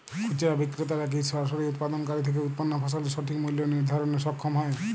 খুচরা বিক্রেতারা কী সরাসরি উৎপাদনকারী থেকে উৎপন্ন ফসলের সঠিক মূল্য নির্ধারণে সক্ষম হয়?